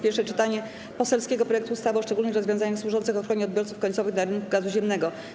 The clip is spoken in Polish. Pierwsze czytanie poselskiego projektu ustawy o szczególnych rozwiązaniach służących ochronie odbiorców końcowych na rynku gazu ziemnego.